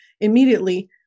immediately